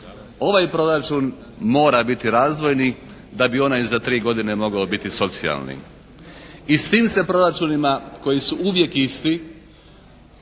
ovaj proračun mora biti razvojni da bi onaj za 3 godine mogao biti socijalni. I s time se proračunima koji su uvijek isti